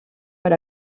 per